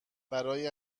برای